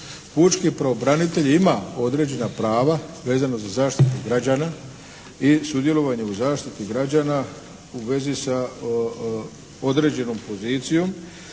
pučki pravobranitelj ima određena prava vezano za zaštitu građana i sudjelovanje u zaštiti građana u vezi sa određenom pozicijom